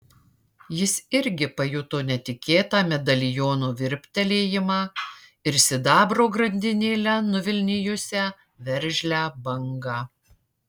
jis irgi pajuto netikėtą medaliono virptelėjimą ir sidabro grandinėle nuvilnijusią veržlią bangą